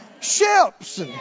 Ships